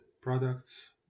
products